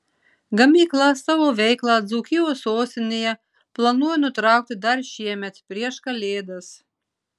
gamykla savo veiklą dzūkijos sostinėje planuoja nutraukti dar šiemet prieš kalėdas